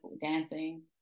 dancing